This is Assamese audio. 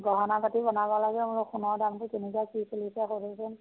তাকে গহনা পাতি বনাব লাগে বোলো সোণৰ দামটো কেনেকুৱা কি চলিছে সুধোচোন